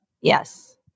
Yes